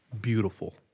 beautiful